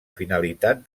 finalitat